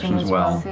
as well.